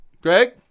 Greg